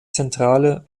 zentrale